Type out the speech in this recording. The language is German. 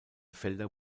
felder